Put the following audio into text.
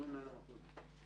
אומרת למה דווקא הם.